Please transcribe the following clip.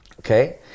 okay